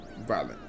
violent